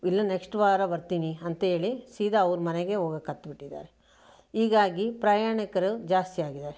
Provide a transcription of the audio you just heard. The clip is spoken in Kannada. ಇಲ್ಲ ನೆಕ್ಸ್ಟ್ ವಾರ ಬರ್ತೀನಿ ಅಂಥೇಳಿ ಸೀದಾ ಅವರ ಮನೆಗೇ ಹೋಗೋಕ್ಕೆ ಹತ್ಬಿಟ್ಟಿದ್ದಾರೆ ಹೀಗಾಗಿ ಪ್ರಯಾಣಿಕರು ಜಾಸ್ತಿ ಆಗಿದ್ದಾರೆ